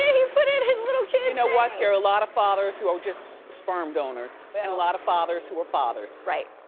he put in his little kid's name. you know what, there are a lot of fathers who are just sperm donors but and a lot of fathers who are fathers. right.